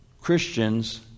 Christians